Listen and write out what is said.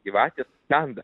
gyvatės kanda